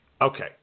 Okay